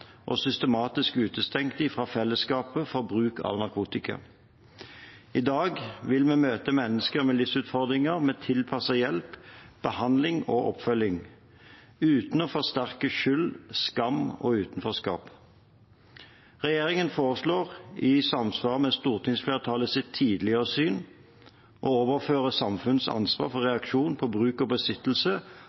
og systematisk utestengt dem fra fellesskapet for bruk av narkotika. I dag vil vi møte mennesker med livsutfordringer med tilpasset hjelp, behandling og oppfølging – uten å forsterke skyld, skam og utenforskap. Regjeringen foreslår – i samsvar med stortingsflertallets tidligere syn – å overføre samfunnets ansvar for reaksjoner på bruk og besittelse